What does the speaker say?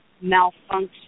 malfunction